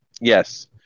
Yes